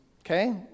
Okay